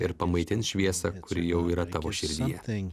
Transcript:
ir pamaitins šviesą kuri jau yra tavo širdyje